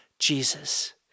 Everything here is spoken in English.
Jesus